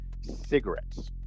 cigarettes